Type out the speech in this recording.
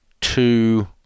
two